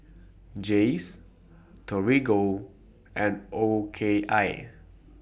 Jays Torigo and O K I